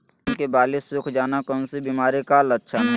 धान की बाली सुख जाना कौन सी बीमारी का लक्षण है?